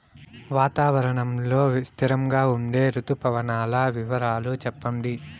వాతావరణం లో స్థిరంగా ఉండే రుతు పవనాల వివరాలు చెప్పండి?